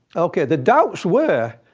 ok, the doubts were